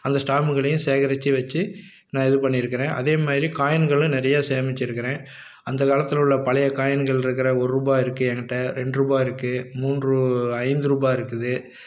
அந்த ஸ்டாம்புகளையும் சேகரித்து வச்சு நான் இது பண்ணியிருக்குறேன் அதே மாதிரி காயின்களும் நிறையா சேமிச்சுருக்கிறேன் அந்த காலத்தில் உள்ள பழைய காயின்கள் இருக்கிற ஒருரூபா இருக்குது எங்கிட்ட ரெண்டு ரூபா இருக்குது மூன்று ஐந்துரூபா இருக்குது